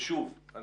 שוב,